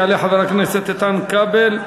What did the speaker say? יעלה חבר הכנסת איתן כבל,